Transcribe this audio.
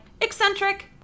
eccentric